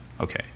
Okay